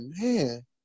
man